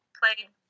played